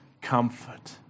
comfort